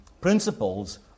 principles